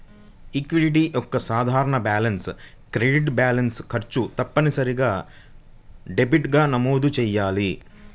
equity యొక్క సాధారణ balance credit balance, ఖర్చు తప్పనిసరిగా డెబిట్గా నమోదు చేయబడాలి